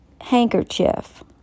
handkerchief